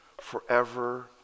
forever